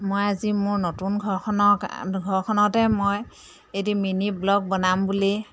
মই আজি মোৰ নতুন ঘৰখনৰ ঘৰখনতে মই এটি মিনি ভ্লগ বনাম বুলি